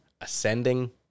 ascending